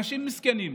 אנשים מסכנים,